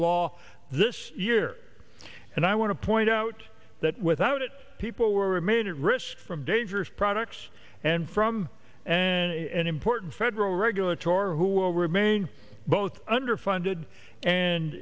law this year and i want to point out that without it people were remain at risk from dangerous products and from and important federal regulatory who will remain both under funded and